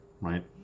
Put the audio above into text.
Right